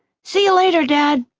see you later, dad,